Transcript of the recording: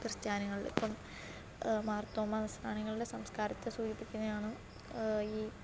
ക്രിസ്ത്യാനികളില് ഇപ്പോള് മാർത്തോമാ നസ്രാണികളുടെ സംസ്കാരത്തെ സൂചിപ്പിക്കുന്നതാണ് ഈ